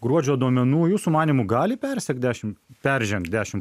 gruodžio duomenų jūsų manymu gali persiekt dešim peržengt dešim